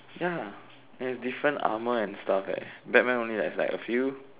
ya and he have different armor and stuff eh Batman only is like have a few